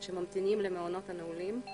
שממתינים למעונות הנעולים.